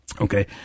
Okay